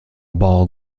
ball